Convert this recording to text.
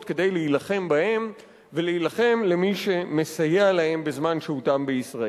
כדי להילחם בהם ולהילחם במי שמסייע להם בזמן שהותם בישראל.